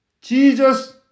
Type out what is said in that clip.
Jesus